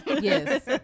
Yes